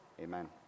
Amen